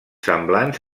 semblants